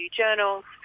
journals